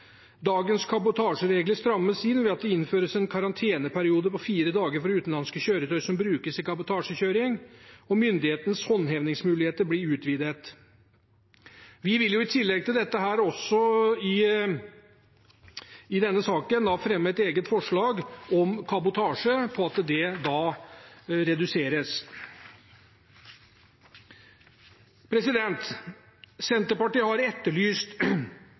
Dagens kabotasjeregler strammes inn ved at det innføres en karanteneperiode på fire dager for utenlandske kjøretøy som brukes i kabotasjekjøring, og myndighetenes håndhevingsmuligheter blir utvidet. Vi vil i tillegg til dette i denne saken fremme et eget forslag om at kabotasje reduseres. Senterpartiet har etterlyst